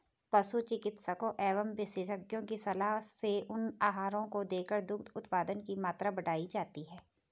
पशु चिकित्सकों एवं विशेषज्ञों की सलाह से उन आहारों को देकर दुग्ध उत्पादन की मात्रा बढ़ाई जाती है